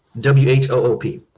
W-H-O-O-P